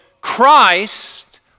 Christ